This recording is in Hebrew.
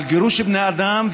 על גירוש בני אדם,